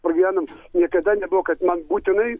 pragyvenom niekada nebuvo kad man būtinai